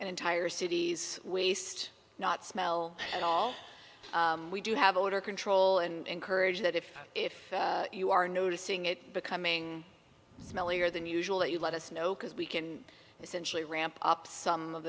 make entire cities waste not smell at all we do have order control and courage that if if you are noticing it becoming smelly or than usual that you let us know because we can essentially ramp up some of